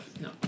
no